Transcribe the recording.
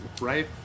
right